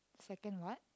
second what